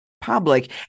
public